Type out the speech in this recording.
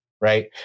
Right